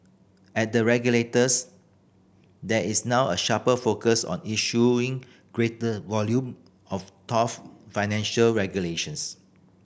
at the regulators there is now a sharper focus on issuing greater volume of tough financial regulations